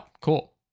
cool